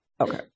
Okay